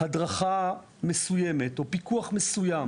הדרכה מסוימת או פיקוח מסוים,